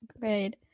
great